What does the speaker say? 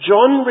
John